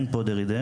אין פה דרידה.